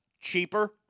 Cheaper